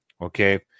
okay